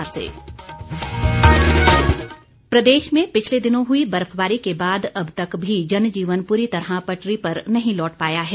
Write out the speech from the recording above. मौसम प्रदेश में पिछले दिनों हई बर्फबारी के बाद अब तक भी जनजीवन पूरी तरह पटरी पर नहीं लौट पाया है